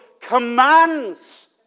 commands